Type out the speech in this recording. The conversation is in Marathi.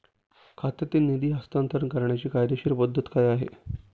खात्यातील निधी हस्तांतर करण्याची कायदेशीर पद्धत काय आहे?